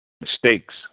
mistakes